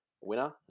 winner